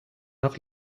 nach